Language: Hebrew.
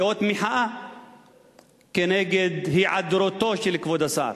כאות מחאה כנגד היעדרותו של כבוד השר,